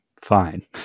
fine